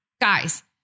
guys